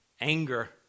anger